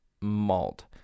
malt